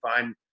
find